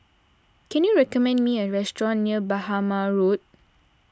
can you recommend me a restaurant near Bhamo Road